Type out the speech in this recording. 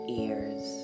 ears